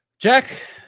Jack